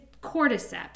cordyceps